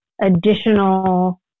additional